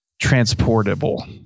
transportable